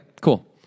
cool